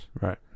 Right